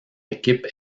équipe